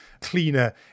cleaner